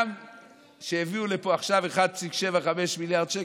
גם כשהביאו לפה עכשיו 1.75 מיליארד שקל,